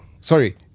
Sorry